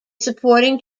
supporting